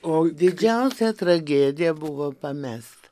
o didžiausia tragedija buvo pamest